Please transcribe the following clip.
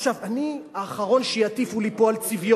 עכשיו, אני האחרון שיטיפו לי פה על צביון,